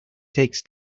takes